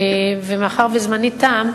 מאחר שזמני תם,